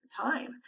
time